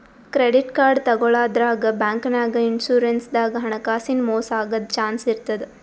credit card ತಗೋಳಾದ್ರಾಗ್, ಬ್ಯಾಂಕ್ನಾಗ್, insurance ದಾಗ್ ಹಣಕಾಸಿನ್ ಮೋಸ್ ಆಗದ್ ಚಾನ್ಸ್ ಇರ್ತದ್